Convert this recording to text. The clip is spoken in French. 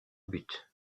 but